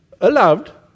allowed